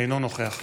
אינו נוכח,